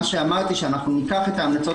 מה שאמרתי הוא שאנחנו ניקח את ההמלצות